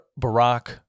Barack